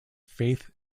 faith